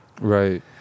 right